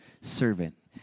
servant